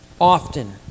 often